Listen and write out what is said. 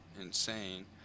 insane